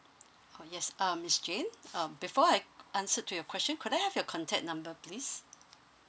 oh yes um miss jane uh before I answer to your question could I have your contact number please